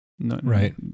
Right